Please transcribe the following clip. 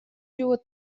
hjoed